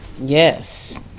yes